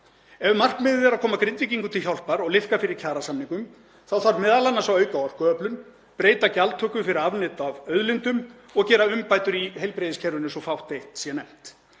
Ef markmiðið er að koma Grindvíkingum til hjálpar og liðka fyrir kjarasamningum þá þarf m.a. að auka orkuöflun, breyta gjaldtöku fyrir afnot af auðlindum og gera umbætur í heilbrigðiskerfinu, svo að fátt eitt sé nefnt.